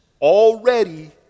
already